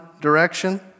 direction